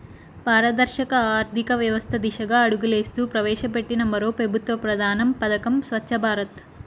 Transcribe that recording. పారదర్శక ఆర్థికవ్యవస్త దిశగా అడుగులేస్తూ ప్రవేశపెట్టిన మరో పెబుత్వ ప్రధాన పదకం స్వచ్ఛ భారత్